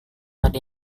ada